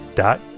dot